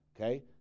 Okay